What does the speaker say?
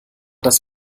das